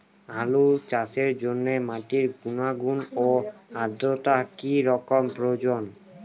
আলু চাষের জন্য মাটির গুণাগুণ ও আদ্রতা কী রকম প্রয়োজন?